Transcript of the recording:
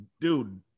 dude